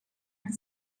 and